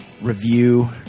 review